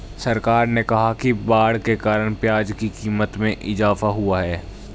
सरकार ने कहा कि बाढ़ के कारण प्याज़ की क़ीमत में इजाफ़ा हुआ है